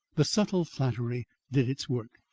the subtle flattery did its work.